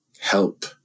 help